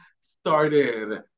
started